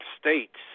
states